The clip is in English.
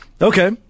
Okay